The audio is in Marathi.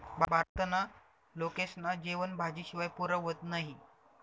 भारतना लोकेस्ना जेवन भाजी शिवाय पुरं व्हतं नही